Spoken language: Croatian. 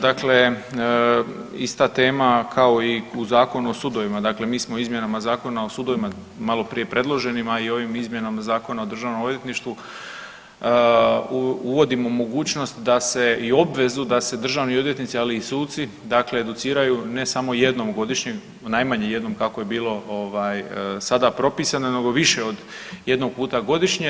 Dakle ista tema kao i u Zakonu o sudovima, dakle mi smo izmjenama Zakona o sudovima, maloprije predloženima i ovim izmjenama Zakona o DORH-u uvodimo mogućnost da se, i obvezu, da se državni odvjetnici, ali i suci dakle educiraju ne samo jednom godišnje, najmanje jednom, tako je bilo sada propisano, nego više od jednog puta godišnje.